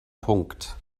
punkt